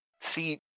see